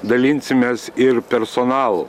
dalinsimės ir personalu